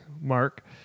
Mark